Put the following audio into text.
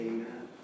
Amen